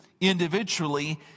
individually